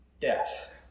death